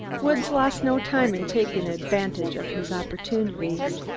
woods lost no time in taking advantage of his opportunities.